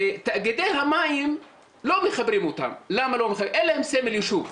תאגידי המים לא מחברים אותם כי אין להם סמל ישוב.